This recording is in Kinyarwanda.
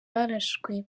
barashwe